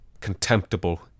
contemptible